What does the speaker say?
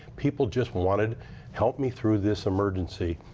people just wanted help me through this emergency.